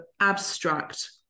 abstract